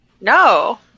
No